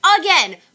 again